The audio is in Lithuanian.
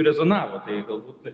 rezonavo tai galbūt